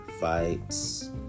fights